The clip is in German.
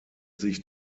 sich